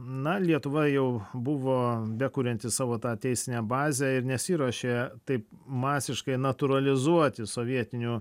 na lietuva jau buvo bekurianti savo tą teisinę bazę ir nesiruošė taip masiškai natūralizuoti sovietinių